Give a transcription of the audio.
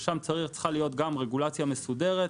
ששם צריכה להיות רגולציה מסודרת,